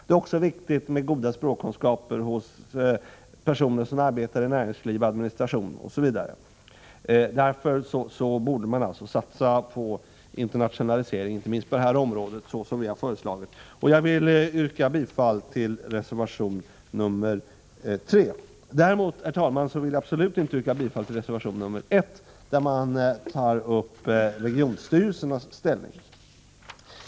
Det är också viktigt med goda språkkunskaper när det gäller personer som arbetar inom bl.a. näringsliv och administration. Man borde därför inte minst på detta område satsa på internationalisering, vilket vi också har föreslagit. Jag yrkar bifall till reservation 3. Däremot vill jag absolut inte, herr talman, yrka bifall till reservation 1, där regionstyrelsernas ställning tas upp.